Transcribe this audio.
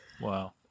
Wow